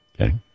Okay